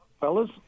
fellas